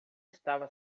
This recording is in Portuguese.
estava